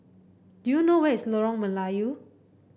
do you know where is Lorong Melayu